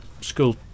school